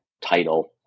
title